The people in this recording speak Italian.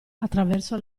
attraverso